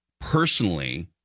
personally